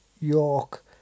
York